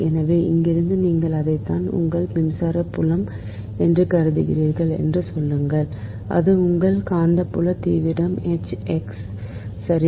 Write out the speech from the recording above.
எனவே இங்கிருந்து நீங்கள் அதைத்தான் உங்கள் மின்சாரப் புலம் என்று கருதுகிறீர்கள் என்று சொல்லுங்கள் அது உங்கள் காந்தப்புல தீவிரம் எச் x சரி